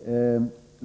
skall framföra.